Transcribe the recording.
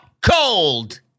cold